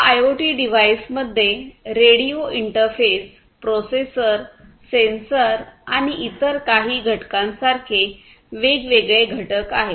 या आयओटी डिव्हाइसमध्ये radio interface processor sensor आणि इतर काही घटकांसारखे वेगवेगळे घटक आहेत